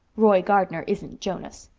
roy gardner isn't jonas.